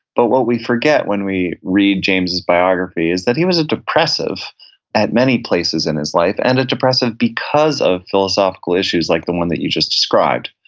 but what we forget when we read james's biography is that he was a depressive at many places in his life, and a depressive because of philosophical issues like the one that you just described.